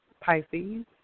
Pisces